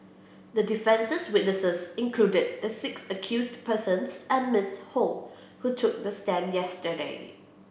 the defence's witnesses included the six accused persons and Miss Ho who took the stand yesterday